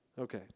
Okay